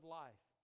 life